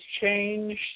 changed